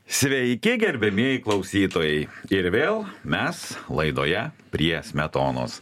sveiki gerbiamieji klausytojai ir vėl mes laidoje prie smetonos